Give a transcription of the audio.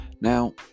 Now